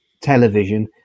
Television